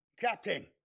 Captain